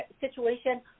situation